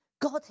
God